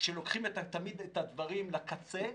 כשלוקחים את הדברים לקצה,